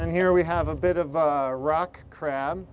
and here we have a bit of a rock crab